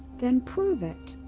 then prove it.